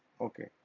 Okay